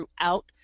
throughout